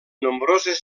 nombroses